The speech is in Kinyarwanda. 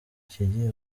ikigiye